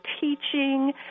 teaching